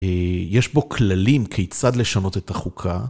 יש בו כללים כיצד לשנות את החוקה.